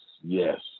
yes